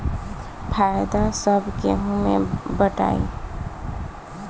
फायदा सब केहू मे बटाई